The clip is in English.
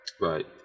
right